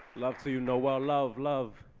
love to you know well love love